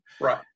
right